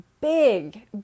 big